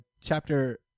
chapter